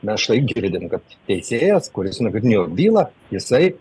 na štai girdim kad teisėjas kuris nagrinėjo bylą jisai